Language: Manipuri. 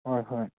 ꯍꯣꯏ ꯍꯣꯏ